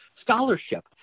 scholarship